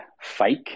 fake